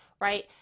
right